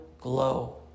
glow